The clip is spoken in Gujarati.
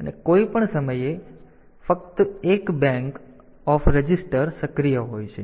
અને કોઈપણ સમયે કોઈપણ સમયે ફક્ત એક બેંક ઓફ રજીસ્ટર સક્રિય હોય છે